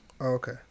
Okay